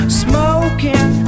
smoking